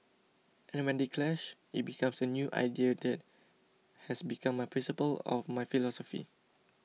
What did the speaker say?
and when they clash it becomes a new idea that has become my principle of my philosophy